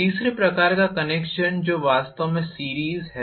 तीसरे प्रकार का कनेक्शन जो वास्तव में सीरीस है